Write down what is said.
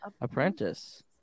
apprentice